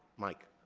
mike.